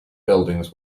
buildings